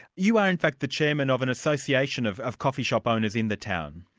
you are in fact the chairman of an association of of coffee-shop owners in the town.